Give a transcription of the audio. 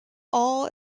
all